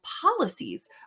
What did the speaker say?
policies